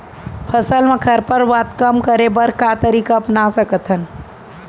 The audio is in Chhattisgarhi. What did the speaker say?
फसल मा खरपतवार कम करे बर का तरीका अपना सकत हन?